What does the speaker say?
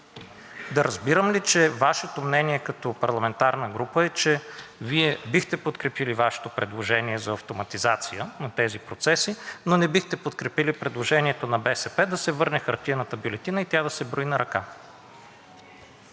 Да разбирам ли, че Вашето мнение като парламентарна група е, че Вие бихте подкрепили Вашето предложение за автоматизация на тези процеси, но не бихте подкрепили предложението на БСП да се върне хартиената бюлетина и тя да се брои на ръка?